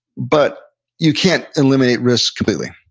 but you can't eliminate risk completely.